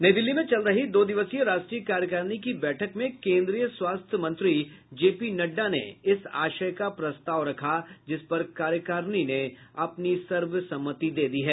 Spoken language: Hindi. नई दिल्ली में चल रही दो दिवसीय राष्ट्रीय कार्यकारिणी की बैठक में कोन्द्रीय स्वास्थ्य मंत्री जेपी नड्डा ने इस आशय का प्रस्ताव रखा जिस पर कार्यकारिणी ने सर्वसम्मति दी है